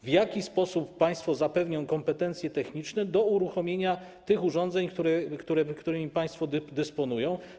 W jaki sposób państwo zapewnią kompetencje techniczne do uruchomienia tych urządzeń, którymi państwo dysponują?